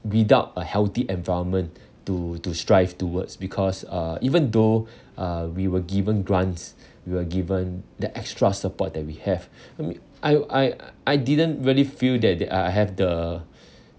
without a healthy environment to to strive towards because uh even though uh we were given grants you are given that extra support that we have I mean I I I didn't really feel that that I I have the